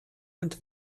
und